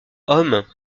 hommes